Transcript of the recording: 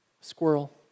squirrel